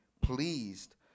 pleased